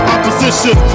Opposition